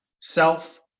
self